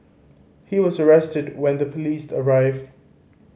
he was arrested when the police arrived